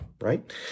right